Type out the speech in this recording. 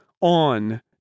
on